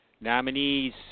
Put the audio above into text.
Nominees